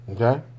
Okay